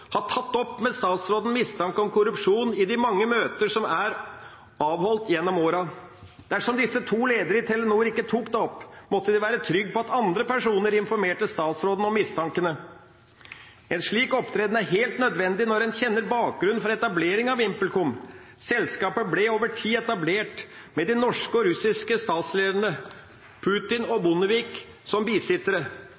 ha tatt opp med statsråden mistanke om korrupsjon i de mange møter som er avholdt gjennom årene. Dersom disse to lederne i Telenor ikke tok det opp, måtte de være trygge på at andre personer informerte statsråden om mistankene. En slik opptreden er helt nødvendig når en kjenner bakgrunnen for etablering av VimpelCom. Selskapet ble over tid etablert med de norske og russiske statslederne Putin og